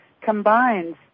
combines